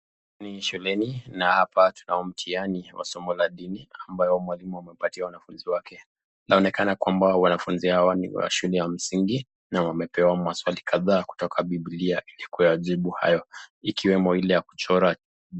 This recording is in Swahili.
Ni shuleni na hapa kuna mtihani wa somo la dini ambayo mwalimu amepatia wanafunzi wake. Inaonekana kwamba wanfunzi hawa ni wa shule ya msingi na wamepewa maswali kadhaa kutoka bibilia ili kuyajibu hayo ikiwemo ile ya kuchora.